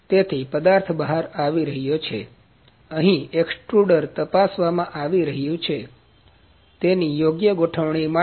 તેથી પદાર્થ બહાર આવી રહ્યો છે અહીં એક્સ્ટ્રુડર તપાસવામાં આવી રહ્યું છે તેની યોગ્ય ગોઠવણી માટે